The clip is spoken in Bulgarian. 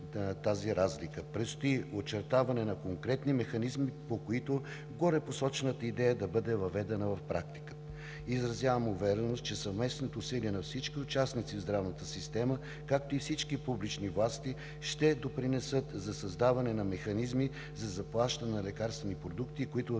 тази разлика. Предстои очертаване на конкретни механизми, по които горепосочената идея да бъде въведена в практиката. Изразявам увереност, че съвместните усилия на всички участници в здравната система, както и всички публични власти, ще допринесат за създаване на механизми за заплащане на лекарствени продукти, които да